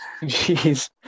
Jeez